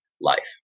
life